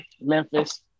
Memphis